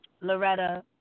Loretta